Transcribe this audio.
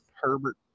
Herbert